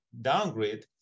downgrade